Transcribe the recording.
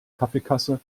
kaffeekasse